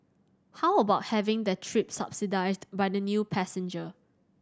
how about having their trip subsidised by the new passenger